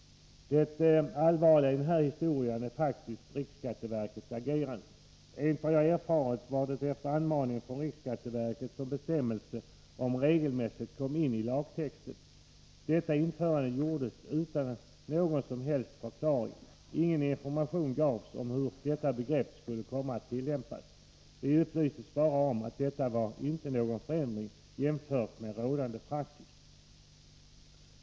Det allvarliga i den här historien är faktiskt riksskatteverkets agerande. Enligt vad jag har erfarit var det efter uppmaning från RSV som bestämmelsen om ”regelmässighet” kom in i lagtexten. Detta införande gjordes utan någon som helst förklaring. Ingen information gavs om hur begreppet skulle tolkas i den framtida tillämpningen. Vi upplystes bara om att detta inte innebar någon förändring jämfört med rådande praxis.